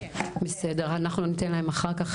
אנחנו ניתן להם אחר כך.